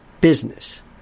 business